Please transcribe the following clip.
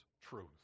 truth